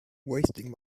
wasting